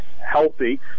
healthy